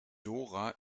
dora